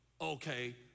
Okay